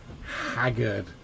haggard